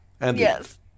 yes